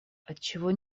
отчего